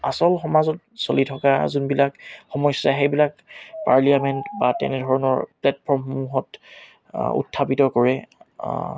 আচল সমাজত চলি থকা যোনবিলাক সমস্যা সেইবিলাক পাৰ্লিয়ামেণ্ট বা তেনেধৰণৰ প্লেটফৰ্মসমূহত উত্থাপিত কৰে